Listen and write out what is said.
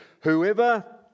whoever